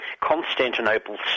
Constantinople